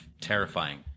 terrifying